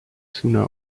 sooner